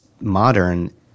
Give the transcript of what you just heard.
modern